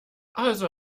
also